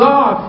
God